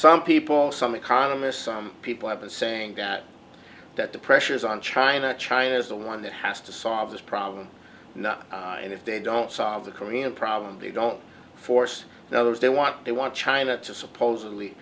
some people some economists some people have been saying that that the pressures on china china is the one that has to solve this problem and if they don't solve the korean problem they don't force those they want they want china to supposedly